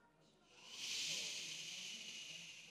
עד שלוש דקות, אדוני.